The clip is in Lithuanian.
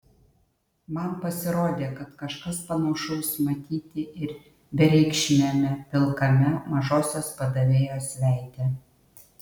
man pasirodė kad kažkas panašaus matyti ir bereikšmiame pilkame mažosios padavėjos veide